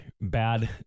bad